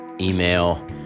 email